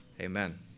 amen